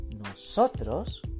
nosotros